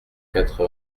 quatre